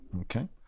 Okay